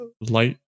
light